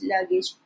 luggage